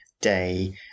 day